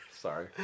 Sorry